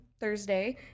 thursday